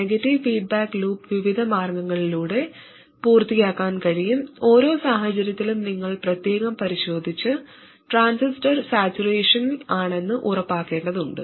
negative feedback loop വിവിധ മാർഗങ്ങളിലൂടെ പൂർത്തിയാക്കാൻ കഴിയും ഓരോ സാഹചര്യത്തിലും നിങ്ങൾ പ്രത്യേകം പരിശോധിച്ച് ട്രാൻസിസ്റ്റർ സാച്ചുറേഷൻ ആണെന്ന് ഉറപ്പാക്കേണ്ടതുണ്ട്